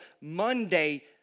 Monday